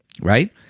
right